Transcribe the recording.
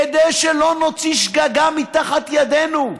כדי שלא נוציא שגגה מתחת ידינו,